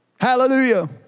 Hallelujah